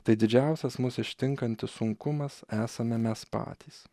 tai didžiausias mus ištinkantis sunkumas esame mes patys